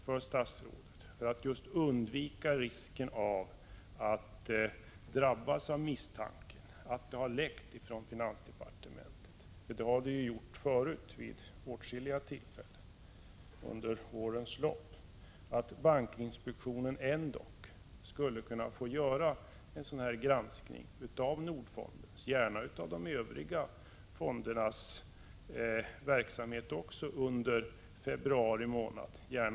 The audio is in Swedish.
För att undvika risken att drabbas av misstanken att det har läckt från finansdepartementet — vilket det har gjort vid åtskilliga tillfällen under årens lopp - finns det skäl för statsrådet att ändock låta bankinspektionen få göra en granskning av Nordfondens, och gärna de övriga fondernas, verksamhet under månaderna februari och mars.